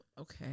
Okay